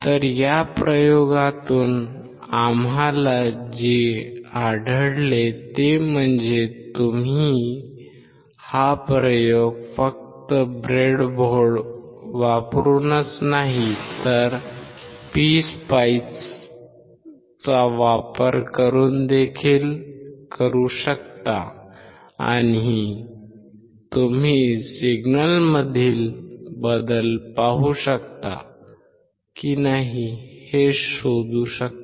तर या प्रयोगातून आम्हाला जे आढळले ते म्हणजे तुम्ही हा प्रयोग फक्त ब्रेडबोर्ड वापरूनच नाही तर PSpice चा वापर करून देखील करू शकता आणि तुम्ही सिग्नलमधील बदल पाहू शकता की नाही हे शोधू शकता